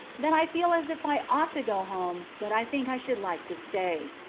that i feel as if i ought to go home, but i think i should like to stay.